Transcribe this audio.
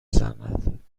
زند